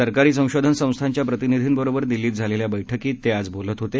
सरकारी संशोधन संस्थांच्या प्रतिनिधीं बरोबर दिल्लीत झालेल्या बछ्कीत ते आज बोलत होते